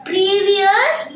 Previous